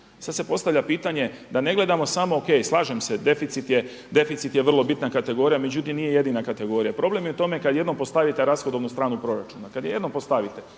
Sada se postavlja pitanje da ne gledamo samo o.k. slažem se, deficit je vrlo bitna kategorija međutim nije jedina kategorija. Problem je u tome kada jednom postavite rashodovnu stranu proračuna, kada je jednom postavite